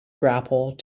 grapple